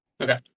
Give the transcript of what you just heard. Okay